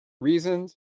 reasons